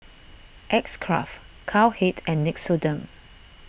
X Craft Cowhead and Nixoderm